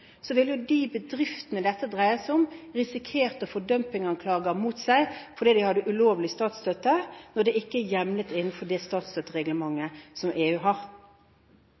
vil de bedriftene dette dreier seg om, risikere å få dumpinganklager mot seg fordi de hadde ulovlig statsstøtte når det ikke er hjemlet innenfor det statsstøttereglementet som EU har.